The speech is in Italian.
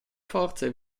forze